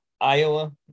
Iowa